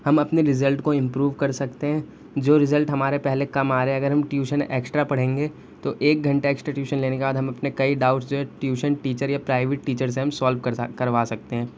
ہم اپنے رزلٹ کو امپروو کر سکتے ہیں جو رزلٹ ہمارے پہلے کم آ رہے اگر ہم ٹیوشن ایکسٹرا پڑھیں گے تو ایک گھنٹہ ایکسٹرا ٹیوشن لینے کے بعد ہم اپنے کئی ڈاؤٹس جو ہے ٹیوشن ٹیچر یا پرائیویٹ ٹیچر سے ہم سالوو کروا سکتے ہیں